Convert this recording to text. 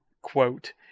quote